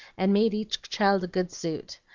and made each child a good suit.